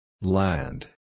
Land